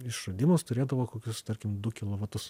išradimas turėdavo kokius tarkim du kilovatus